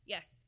Yes